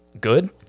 good